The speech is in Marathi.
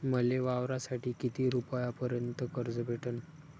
मले वावरासाठी किती रुपयापर्यंत कर्ज भेटन?